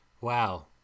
Wow